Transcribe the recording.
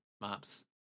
maps